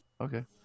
okay